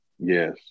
Yes